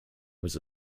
was